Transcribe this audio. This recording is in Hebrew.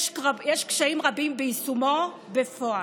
יש קשיים רבים ביישומו בפועל.